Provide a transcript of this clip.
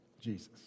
Jesus